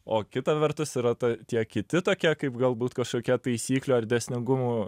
o kita vertus yra ta tie kiti tokie kaip galbūt kažkokie taisyklių ar dėsningumų